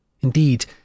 Indeed